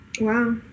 wow